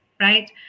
right